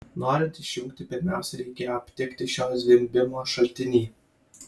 norint išjungti pirmiausia reikėjo aptikti šio zvimbimo šaltinį